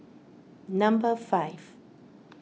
number five